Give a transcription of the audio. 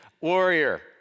warrior